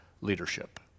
leadership